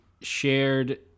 shared